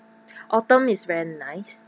autumn is very nice